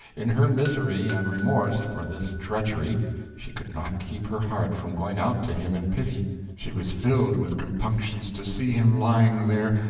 in her misery and remorse for this treachery she could not keep her heart from going out to him in pity she was filled with compunctions to see him lying there,